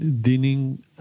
dining